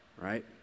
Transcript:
right